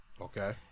Okay